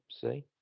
see